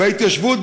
וההתיישבות,